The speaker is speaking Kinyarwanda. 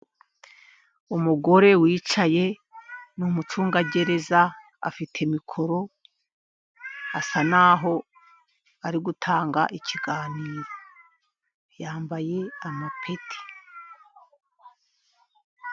Umugore wicaye n'umucungagereza afite mikoro, asa naho ari gutanga ikiganiro yambaye amapeti.